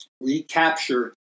recapture